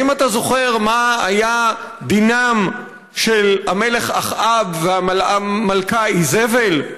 האם אתה זוכר מה היה דינם של המלך אחאב והמלכה איזבל?